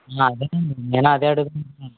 అదేను అండి నేను అదే అడుగుతున్నాను